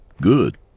Good